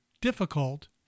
difficult